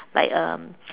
like um